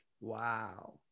Wow